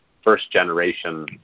first-generation